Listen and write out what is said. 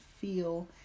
feel